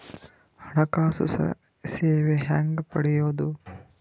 ಹಣಕಾಸು ಸೇವಾ ಹೆಂಗ ಪಡಿಯೊದ?